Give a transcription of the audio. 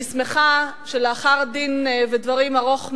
אני שמחה שלאחר דין-ודברים ארוך מאוד,